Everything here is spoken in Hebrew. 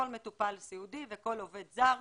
כל מטופל סיעודי וכל עובד זר,